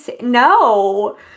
No